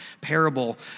parable